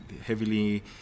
heavily